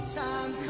time